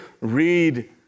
read